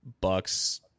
Bucks